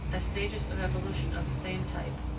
as stages of evolution of the same type,